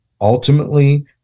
ultimately